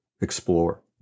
explore